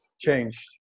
changed